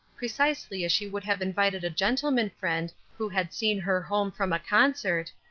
precisely as she would have invited a gentleman friend who had seen her home from a concert,